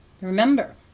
Remember